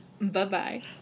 Bye-bye